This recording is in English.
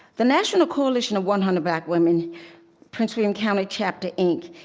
the national coalition of one hundred black women prince william county chapter inc,